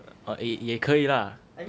err 诶也可以啦